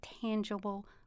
tangible